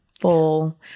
full